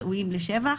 ראויים לשבח,